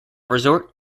resort